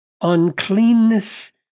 uncleanness